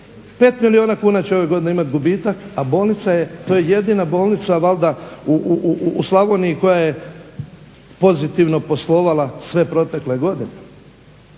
5 milijuna kuna će ove godine imati gubitak, a bolnica je, to je jedina bolnica valjda u Slavoniji koja je pozitivno poslovala sve protekle godine.